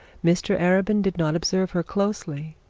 mr arabin did not observe her closely,